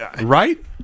Right